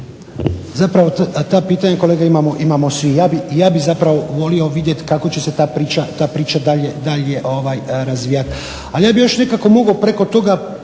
Zapravo ta pitanja kolega imamo svi. ja bih zapravo volio kako će se ta priča dalje razvijati. Ali ja bih još nekako mogao preko toga